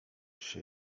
się